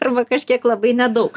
arba kažkiek labai nedaug